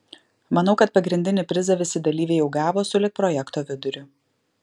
manau kad pagrindinį prizą visi dalyviai jau gavo sulig projekto viduriu